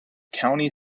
county